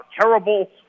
terrible